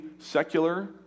secular